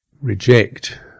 reject